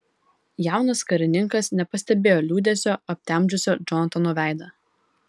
jaunas karininkas nepastebėjo liūdesio aptemdžiusio džonatano veidą